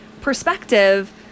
perspective